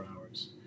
hours